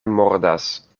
mordas